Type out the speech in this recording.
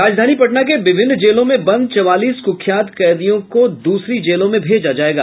राजधानी पटना के विभिन्न जेलों में बंद चवालीस कुख्यात कैदियों को दूसरी जेलों में भेजा जायेगा